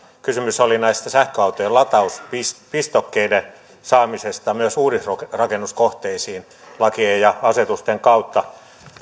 kysymys oli sähköautojen latauspistokkeiden saamisesta myös uudisrakennuskohteisiin lakien ja asetusten kautta